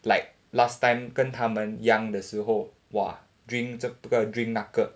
like last time 跟他们 young 的时候 !wah! drink 这个 drink 那个